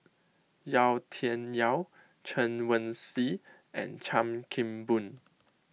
Yau Tian Yau Chen Wen Hsi and Chan Kim Boon